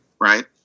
right